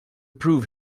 prove